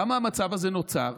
למה המצב הזה נוצר?